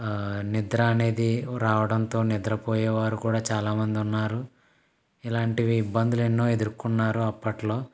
నిద్ర అనేది రావడంతో నిద్రపోయేవారు కూడా చాలా ముంది ఉన్నారు ఇలాంటివి ఇబ్బందులెన్నో ఎదుర్కొన్నారు అప్పట్లో